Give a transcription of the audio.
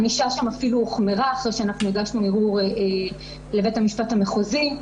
הענישה שם אפילו הוחמרה אחרי שהגשנו ערעור לבית המשפט המחוזי.